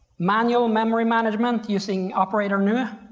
manual memory management using operator new,